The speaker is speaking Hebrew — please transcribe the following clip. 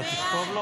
ההסתייגות לא